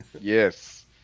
Yes